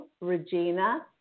Regina